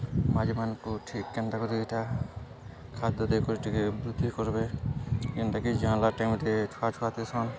ମାଛ୍ମାନ୍ଙ୍କୁ ଠିକ୍ କେନ୍ତା କରି ଇ'ଟା ଖାଦ୍ୟ ଦେଇକରି ଟିକେ ବୃଦ୍ଧି କର୍ବେ ଯେନ୍ଟାକି ଯାଆଁଲା ହେଲା ଟାଇମ୍ରେ ଛୁଆ ଛୁଆ ଥିସନ୍